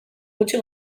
gutxi